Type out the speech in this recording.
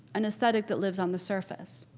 an aesthetic that lives on the surface.